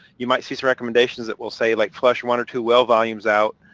you might see some recommendations that will say like flush one or two well volumes out.